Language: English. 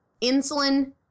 Insulin